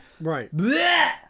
Right